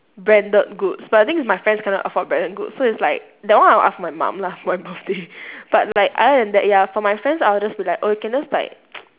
branded goods but the thing is my friends cannot afford branded good so it's like that one I'll ask my mum lah for my birthday but like other than that ya for my friends I'll just be like oh you can just like